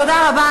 תודה רבה.